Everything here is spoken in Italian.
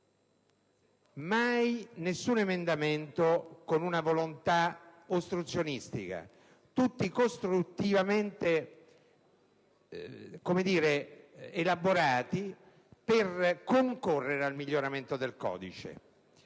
mai, nessun emendamento con una volontà ostruzionistica, tutti costruttivamente elaborati per concorrere al miglioramento del codice.